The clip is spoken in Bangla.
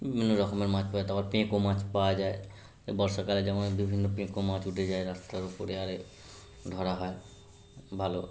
অন্যরকমের মাছ পাওয়া যায় তারপর পেঁকো মাছ পাওয়া যায় বর্ষাকালে যেমন বিভিন্ন পেঁকো মাছ উঠে যায় রাস্তার ওপরে আরে ধরা হয় ভালো